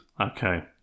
Okay